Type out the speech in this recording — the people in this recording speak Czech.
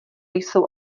jsou